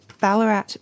Ballarat